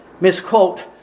misquote